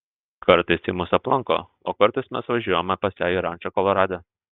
kartais ji mus aplanko o kartais mes važiuojame pas ją į rančą kolorade